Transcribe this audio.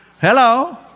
Hello